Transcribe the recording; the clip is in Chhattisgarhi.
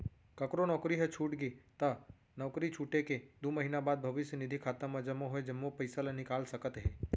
ककरो नउकरी ह छूट गे त नउकरी छूटे के दू महिना बाद भविस्य निधि खाता म जमा होय जम्मो पइसा ल निकाल सकत हे